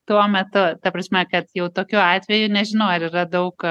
tuo metu ta prasme kad jau tokiu atveju nežinau ar yra daug